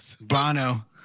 Bono